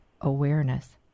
awareness